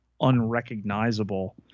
unrecognizable